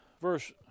Verse